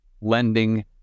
lending